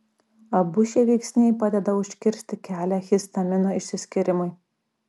abu šie veiksniai padeda užkirsti kelią histamino išsiskyrimui